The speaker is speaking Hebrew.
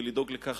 ולדאוג לכך